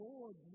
Lord